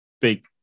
big